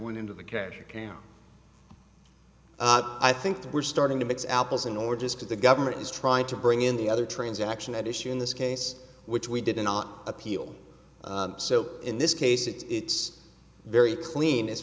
went into the cash account i think we're starting to mix apples and oranges because the government is trying to bring in the other transaction at issue in this case which we did not appeal so in this case it's very clean as